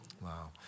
Wow